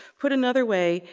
put another way,